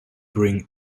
bring